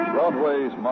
Broadway's